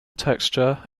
texture